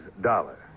Dollar